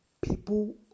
People